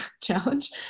challenge